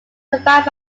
survived